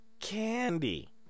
candy